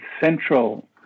central